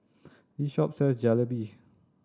this shop sells Jalebi